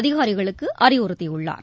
அதிகாரிகளுக்கு அறிவுறுத்தியுள்ளார்